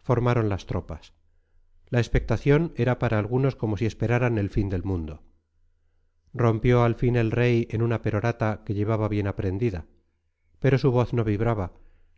formaron las tropas la expectación era para algunos como si esperaran el fin del mundo rompió al fin el rey en una perorata que llevaba bien aprendida pero su voz no vibraba